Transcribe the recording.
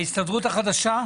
ההסתדרות החדשה.